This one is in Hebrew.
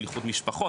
של איחוד משפחות,